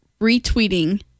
retweeting